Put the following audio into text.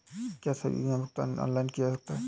क्या सभी बीमा का भुगतान ऑनलाइन किया जा सकता है?